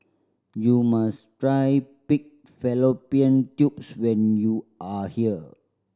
you must try pig fallopian tubes when you are here